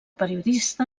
periodista